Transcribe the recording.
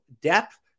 depth